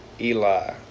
Eli